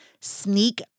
Sneak